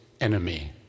enemy